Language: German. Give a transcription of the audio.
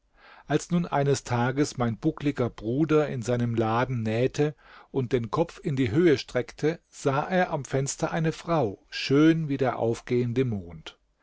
als nun eines tages mein buckliger bruder in seinem laden nähte und den kopf in die höhe streckte sah er am fenster eine frau schön wie der aufgehende mond